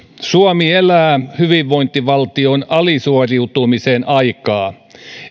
suomi elää hyvinvointivaltion alisuoriutumisen aikaa